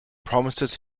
promises